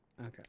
Okay